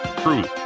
truth